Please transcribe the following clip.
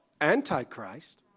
Antichrist